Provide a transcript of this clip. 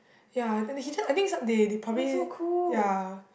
ya then he just I think they they probably ya